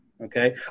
Okay